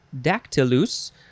dactylus